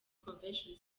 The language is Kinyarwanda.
convention